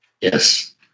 Yes